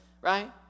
right